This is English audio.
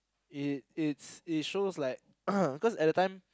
it it's it shows like cause at the time